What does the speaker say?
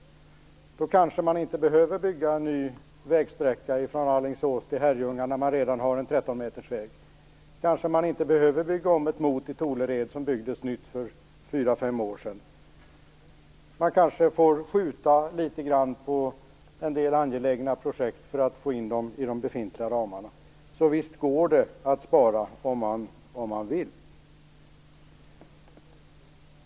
Man kanske inte behöver bygga en ny vägsträcka från Alingsås till Herrljunga, när det redan finns en 13-metersväg. Kanske man inte behöver bygga om ett mot i Tolered som byggdes nytt för fyra eller fem år sedan. Man kanske får skjuta litet grand på en del angelägna projekt för att få in dem i de befintliga ramarna. Så visst går det att spara, om man vill.